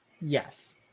Yes